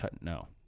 No